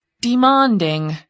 Demanding